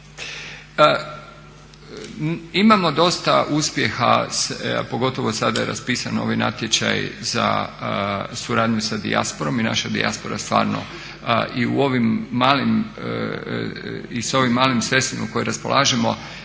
Imamo dosta uspjeha a pogotovo sada je raspisano, ovi natječaji za, suradnju sa dijasporom i naša dijaspora stvarno i sa ovim malim sredstvima s kojima raspolažemo